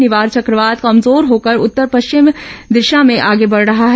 निवार चक्रवात कमजोर होकर उत्तर पश्चिम दिशा में आगे बढ़ रहा है